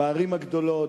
בערים הגדולות,